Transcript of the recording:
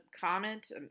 comment